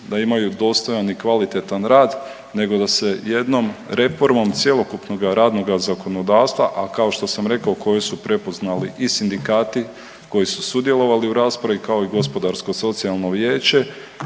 da imaju i dostojan i kvalitetan rad, nego da se jednom reformom cjelokupnoga radnoga zakonodavstva, a kao što sam rekao, koje su prepoznali i sindikati koji su sudjelovali u raspravi, kao i Gospodarsko-socijalno vijeće,